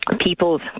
people's